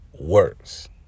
works